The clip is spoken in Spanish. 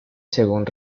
según